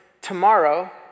tomorrow